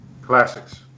Classics